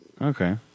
Okay